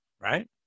right